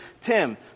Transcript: Tim